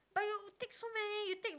but you take so many you take